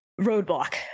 roadblock